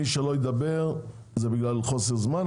מי שלא ידבר זה בגלל חוסר זמן,